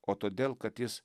o todėl kad jis